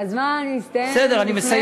הזמן הסתיים לפני